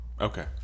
Okay